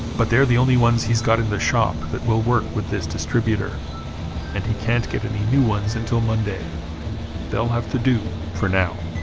but they're the only ones he's got in the shop that will work with this distributor and he can't get any new ones until monday they'll have to do for now